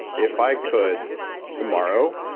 if i could tomorrow